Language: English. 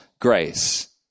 grace